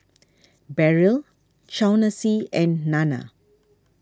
Beryl Chauncy and Nana